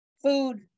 food